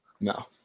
no